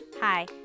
hi